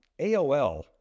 AOL